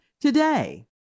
today